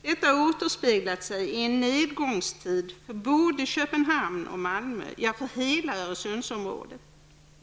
Detta har återspeglat sig i en nedgångstid för både Köpenhamn och Malmö, ja för hela Öresundsområdet.